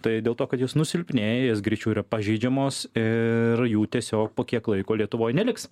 tai dėl to kad jos nusilpnėja jos greičiau yra pažeidžiamos ir jų tiesiog po kiek laiko lietuvoj neliks